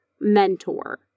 mentor